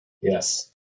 Yes